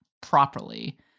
properly